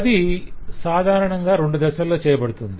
అది సాధారణంగా రెండు దశలలో చేయబడుతుంది